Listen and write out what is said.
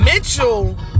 Mitchell